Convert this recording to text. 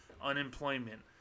unemployment